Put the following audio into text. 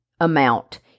amount